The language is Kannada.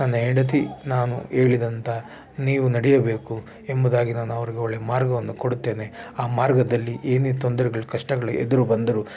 ನನ್ನ ಹೆಂಡತಿ ನಾನು ಹೇಳಿದಂಥ ನೀವು ನಡೆಯಬೇಕು ಎಂಬುದಾಗಿ ನಾನು ಅವರಿಗೆ ಒಳ್ಳೆ ಮಾರ್ಗವನ್ನು ಕೊಡುತ್ತೇನೆ ಆ ಮಾರ್ಗದಲ್ಲಿ ಏನೇ ತೊಂದರೆಗಳು ಕಷ್ಟಗಳು ಎದುರು ಬಂದ್ರೂ